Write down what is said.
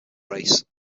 race